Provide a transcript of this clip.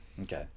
Okay